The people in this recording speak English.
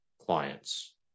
clients